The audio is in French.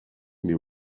mais